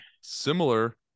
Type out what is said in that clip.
Similar